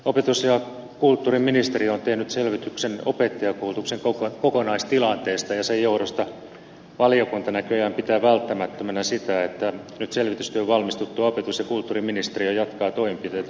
opetus ja kulttuuriministeriö on tehnyt selvityksen opettajankoulutuksen kokonaistilanteesta ja sen johdosta valiokunta näköjään pitää välttämättömänä sitä että nyt selvitystyön valmistuttua opetus ja kulttuuriministeriö jatkaa toimenpiteitä opettajankoulutuksen kehittämiseksi